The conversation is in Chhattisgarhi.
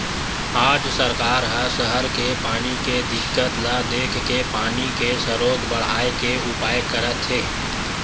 आज सरकार ह सहर के पानी के दिक्कत ल देखके पानी के सरोत बड़हाए के उपाय करत हे